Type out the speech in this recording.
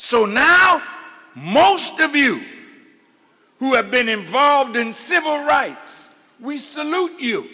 so now most of you who have been involved in civil rights we salute you